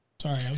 sorry